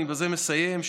ובזה אני מסיים,